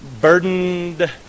burdened